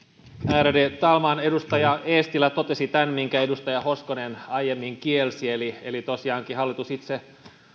ärade talman edustaja eestilä totesi tämän minkä edustaja hoskonen aiemmin kielsi eli eli tosiaankin hallitus itse